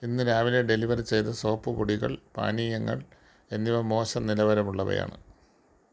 ഇന്ന് രാവിലെ ഡെലിവർ ചെയ്ത സോപ്പു പൊടികൾ പാനീയങ്ങൾ എന്നിവ മോശം നിലവാരമുള്ളവയാണ്